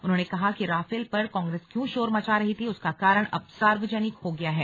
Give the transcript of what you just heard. उन्होंने कहा कि राफेल पर कांग्रेस क्यों शोर मचा रही थी उसका कारण अब सार्वजनिक हो गया है